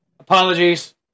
apologies